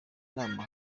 nama